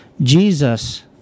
Jesus